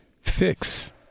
fix